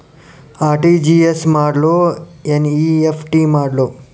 RTGS ಮಾಡ್ಲೊ NEFT ಮಾಡ್ಲೊ?